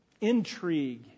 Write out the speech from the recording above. intrigue